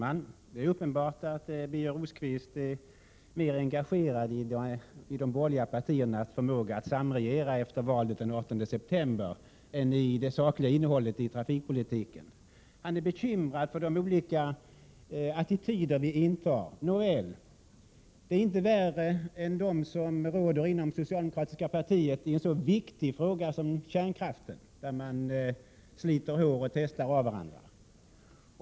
Fru talman! Det är uppenbart att Birger Rosqvist är mer engagerad i de borgerliga partiernas förmåga att samregera efter valet den 18 september än i det sakliga innehållet i trafikpolitiken. Han är bekymrad över de olika attityder som vi intar. Nåväl, det är inte värre än de som råder inom det socialdemokratiska partiet i en så viktig fråga som den om kärnkraften, där man sliter hår och testar av varandra.